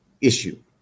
issue